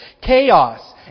chaos